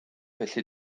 felly